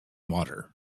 water